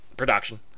Production